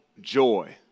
joy